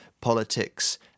politics